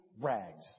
rags